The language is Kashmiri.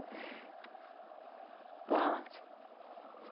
پانٛژھ